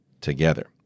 together